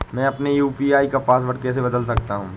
मैं अपने यू.पी.आई का पासवर्ड कैसे बदल सकता हूँ?